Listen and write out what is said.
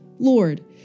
Lord